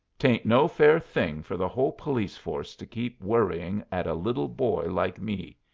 tain't no fair thing for the whole police force to keep worrying at a little boy like me,